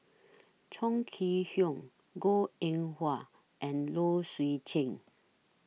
Chong Kee Hiong Goh Eng Wah and Low Swee Chen